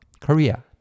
Korea